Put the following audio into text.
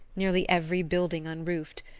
nearly every building unroofed,